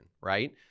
right